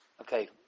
Okay